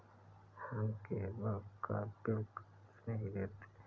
हम केबल का bill cash में ही देते हैं